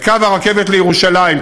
את קו הרכבת לירושלים,